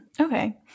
okay